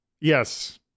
Yes